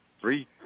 three